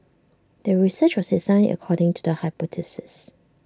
the research was designed according to the hypothesis